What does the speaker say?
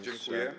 Dziękuję.